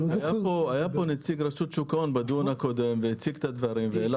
בדיון הקודם היה נציג רשות שוק ההון והוא הציג את הדברים והעלה אותם.